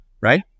right